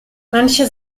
manche